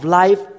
life